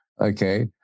Okay